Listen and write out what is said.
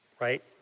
right